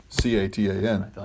C-A-T-A-N